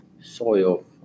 soil